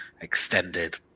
extended